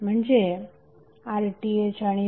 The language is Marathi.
म्हणजे RThआणिVTh